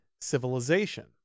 civilization